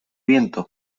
viento